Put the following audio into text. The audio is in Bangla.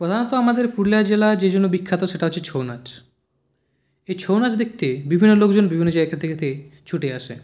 প্রধানত আমাদের পুরুলিয়া জেলা যেইজন্য বিখ্যাত সেটা হচ্ছে ছৌ নাচ এই ছৌ নাচ দেখতে বিভিন্ন লোকজন বিভিন্ন ছুটে আসে